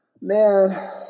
Man